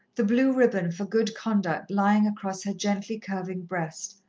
the blue ribbon for good conduct lying across her gently-curving breast,